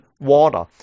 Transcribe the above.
water